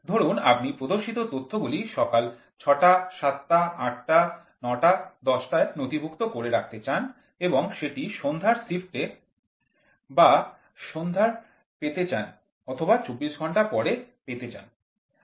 ধরুন আপনি প্রদর্শিত তথ্যগুলি সকাল ৬ ৭ ৮ ৯ ১০ টায় নথিভূক্ত করে রাখতে চান এবং সেটি সন্ধ্যার শিফটে বা সন্ধ্যায় পেতে চান অথবা ২৪ ঘন্টা পরে পেতে চান